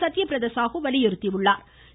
சத்தியபிரதா சாகு வலியுறுத்தியுள்ளாா்